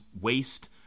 waste